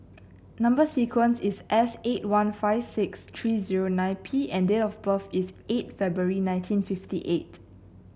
number sequence is S eight one five six three zero nine P and date of birth is eight February nineteen fifty eight